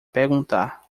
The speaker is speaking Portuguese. perguntar